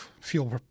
fuel